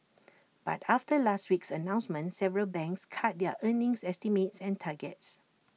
but after last week's announcement several banks cut their earnings estimates and targets